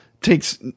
takes